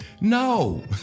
No